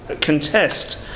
contest